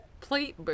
plate